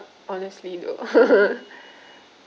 honestly you know